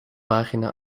pagina